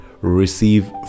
receive